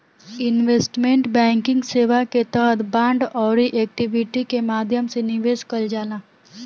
investment banking सेवा के तहत बांड आउरी इक्विटी के माध्यम से निवेश कईल जाला